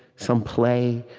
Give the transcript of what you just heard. some play,